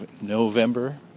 November